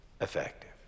effective